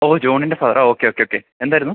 ഓ ജോണിൻ്റെ ഫാദറാണോ okay okay okay എന്തായിരുന്നു